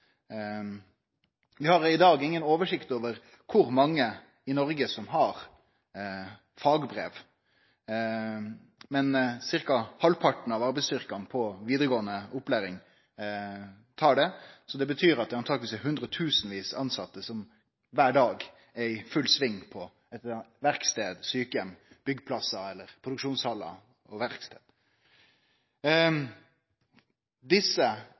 Vi har i dag inga oversikt over kor mange i Noreg som har fagbrev, men ca. halvparten på vidaregåande opplæring tar det, så det betyr at det antakeleg er hundretusenvis tilsette som kvar dag er i full sving på verkstadar, sjukeheimar, byggjeplassar eller produksjonshallar. Desse yrka er heilt avgjerande for Noreg i framtida, og